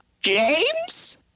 James